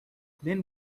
then